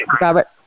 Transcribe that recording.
Robert